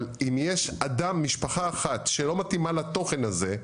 אבל אם יש אדם, משפחה אחת, שלא מתאימה לתוכן הזה,